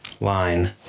line